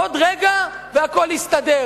עוד רגע והכול יסתדר.